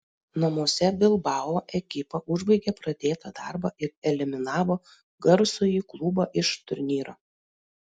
namuose bilbao ekipa užbaigė pradėtą darbą ir eliminavo garsųjį klubą iš turnyro